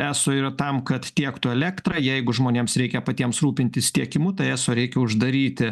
eso yra tam kad tiektų elektrą jeigu žmonėms reikia patiems rūpintis tiekimu tai eso reikia uždaryti